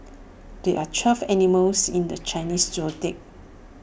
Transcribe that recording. there are twelve animals in the Chinese Zodiac